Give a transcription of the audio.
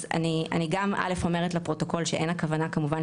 אז אני גם א' אומרת לפרוטוקול שאין הכוונה כמובן